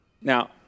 Now